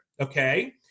Okay